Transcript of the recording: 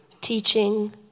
teaching